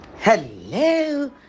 Hello